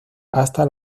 hasta